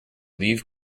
leave